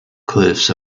cliffs